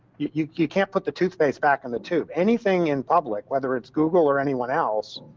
you you can't put the toothpaste back in the tube. anything in public, whether it's google or anyone else,